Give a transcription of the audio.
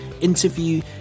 interview